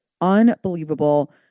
Unbelievable